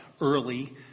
early